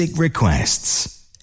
Requests